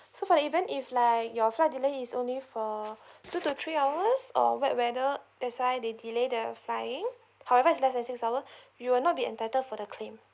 so for the event if like your flight delay is only for two to three hours or wet weather that's why they delay the flying however it's less than six hour you will not be entitled for the claim